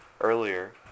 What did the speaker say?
earlier